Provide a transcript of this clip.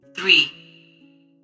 Three